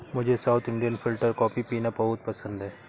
मुझे south Indian filter coffee पीना बहुत पसंद है